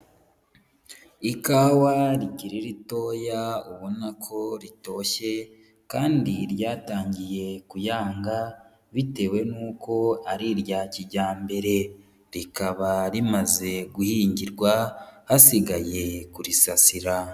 Ikawa rikiri ritoya ubona ko ritoshye kandi ryatangiye kuyanga bitewe n'uko ari irya kijyambere, rikaba rimaze guhingirwa hasigaye kurisasira.